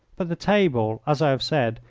but the table, as i have said,